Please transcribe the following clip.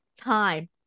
time